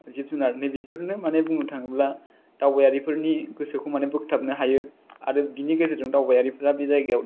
जिब जुनारनि बेफोरनो माने बुंनो थाङोब्ला दावबायारिफोरनि गोसोखौ माने बोग्थाबनो हायो आरो बिनि गेजेरजों दावबायारिफ्रा बे जायगायाव